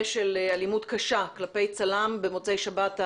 של אלימות קשה כלפי צלם במוצאי שבת,